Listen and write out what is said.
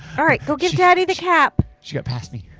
alright. go give daddy the cap. she got past me.